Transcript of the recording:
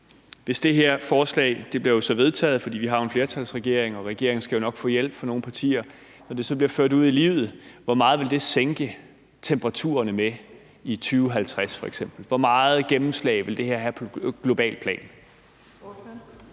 Det her forslag bliver jo så vedtaget, fordi vi jo har en flertalsregering, og regeringen skal nok få hjælp fra nogle partier, men når det så bliver ført ud i livet, hvor meget vil det så sænke temperaturerne med i 2050 f.eks.? Hvor meget gennemslag vil det her have på globalt plan?